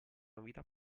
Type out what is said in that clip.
novità